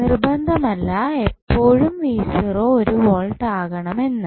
നിർബന്ധമല്ല എപ്പോഴും ഒരു വോൾട്ട് ആകണം എന്ന്